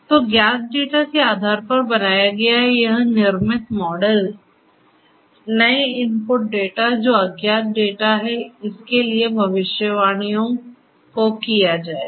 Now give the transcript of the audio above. तो ज्ञात डेटा के आधार पर बनाया गया यह निर्मित मॉडल नए इनपुट डेटा जो अज्ञात डेटा है इसके लिए भविष्यवाणियों को किया जाएगा